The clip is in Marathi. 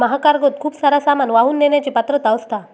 महाकार्गोत खूप सारा सामान वाहून नेण्याची पात्रता असता